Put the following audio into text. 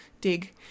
dig